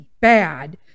bad